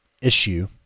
issue